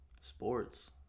sports